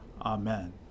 Amen